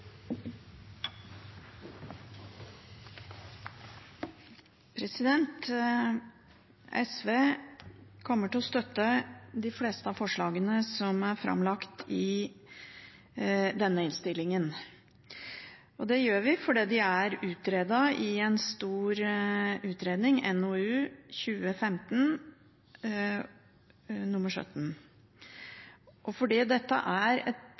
framlagt i denne innstillingen. Det gjør vi fordi de er utredet i en stor utredning, NOU 2015:17, og fordi dette er et